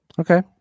Okay